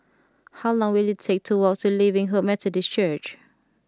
how long will it take to walk to Living Hope Methodist Church